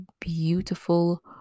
beautiful